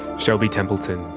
shelby templeton.